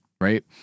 Right